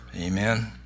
Amen